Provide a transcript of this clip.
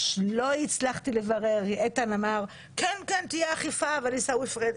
היא ישבה כאן ושמענו מפי מיכל וולדיגר שנמצאת בזום